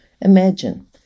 Imagine